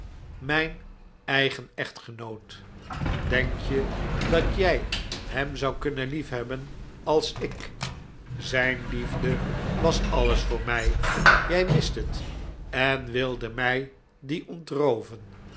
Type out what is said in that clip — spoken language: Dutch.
mijn eigen echtgenoot denk je dat jij hem zou kunnen lief hebben als ik zijn liefde was alles voor mij jij wist het en wilde mij die